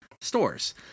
stores